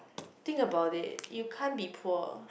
think about it you can't be poor